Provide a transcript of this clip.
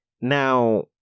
Now